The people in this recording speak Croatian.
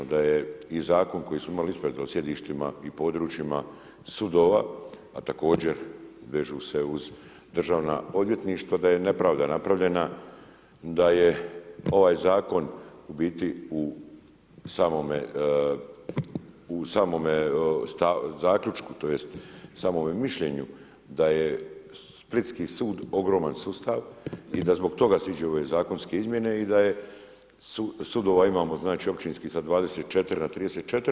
Da je i zakon koji smo imali ispred o sjedištima i područjima sudova, a također vežu se uz državna odvjetništva da je nepravda napravljena, da je ovaj zakon u biti u samome zaključku tj. samome mišljenju da je splitski sud ogroman sustav i da zbog toga se ide u ove zakonske izmjene i da je sudova imamo znači općinskih sa 24 na 34.